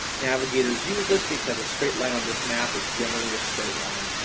navigators use this because a straight line on this map is generally a straight line,